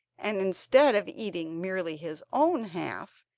and instead of eating merely his own half,